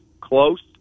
close